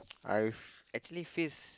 I actually face